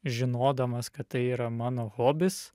žinodamas kad tai yra mano hobis